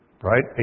Right